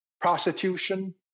prostitution